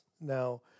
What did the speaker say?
Now